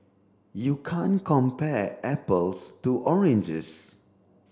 you can't compare apples to oranges